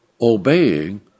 obeying